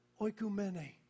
oikumene